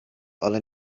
ale